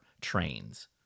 trains